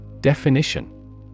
Definition